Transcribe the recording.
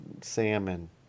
salmon